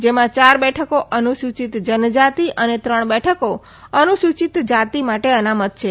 જેમાં ચાર બેઠકો અનુસૂચિત જનજાત અને ત્રણ બેઠકો અનુસૂચિત જાતિ માટે અનામત છે